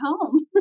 home